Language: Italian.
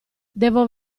devo